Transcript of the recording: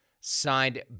Signed